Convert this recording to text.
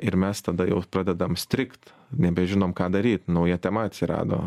ir mes tada jau pradedam strigt nebežinom ką daryt nauja tema atsirado